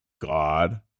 God